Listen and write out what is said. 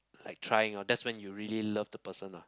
like trying or that's when you really love the person lah